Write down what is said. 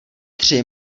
tři